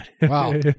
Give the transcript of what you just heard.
Wow